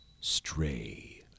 Stray